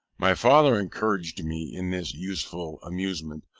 my father encouraged me in this useful amusement,